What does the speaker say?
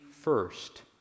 first